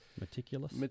Meticulous